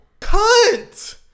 cunt